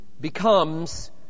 becomes